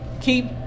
keep